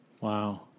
wow